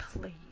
Please